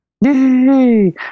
yay